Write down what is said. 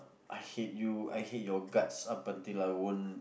I hate you I hate your guts up until I won't